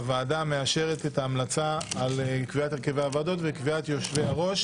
הוועדה מאשרת את ההמלצה על קביעת הרכב הוועדות וקביעת יושבי-הראש.